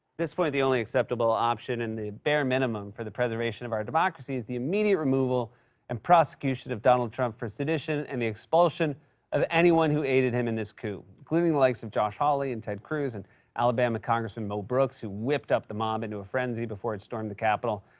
this point, the only acceptable option, and the bear minimum for the preservation of our democracy is the immediate removal and prosecution of donald trump for sedition and the expulsion of anyone who aided him in this coup, including the likes of josh hawley and ted cruz, and alabama congressman mo brooks, who whipped up the mob into a frenzy before it stormed the capitol.